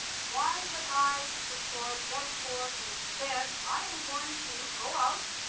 why would i support doug ford who said i'm going to go out,